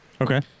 Okay